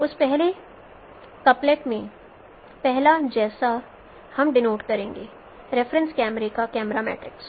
उस पहले कपलेट में पहला जिसे हम डिनोटे करेंगे रेफरेंस कैमरे का कैमरा मैट्रिक्स